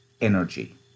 energy